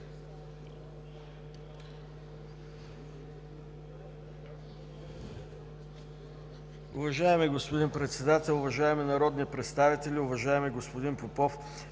Уважаеми господин Председател, уважаеми народни представители, уважаеми господин Попов!